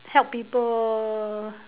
help people